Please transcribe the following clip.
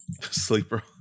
Sleeper